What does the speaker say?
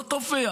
הוא לא תופח,